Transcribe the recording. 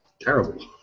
terrible